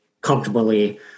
comfortably